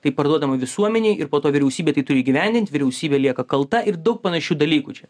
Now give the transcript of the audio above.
tai parduodama visuomenei ir po to vyriausybė tai turi įgyvendint vyriausybė lieka kalta ir daug panašių dalykų čia